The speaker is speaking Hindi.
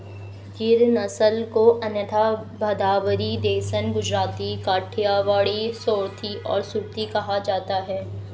गिर नस्ल को अन्यथा भदावरी, देसन, गुजराती, काठियावाड़ी, सोरथी और सुरती कहा जाता है